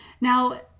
Now